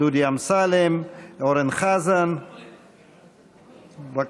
דודי אמסלם, אורן חזן, בבקשה.